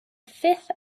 fifth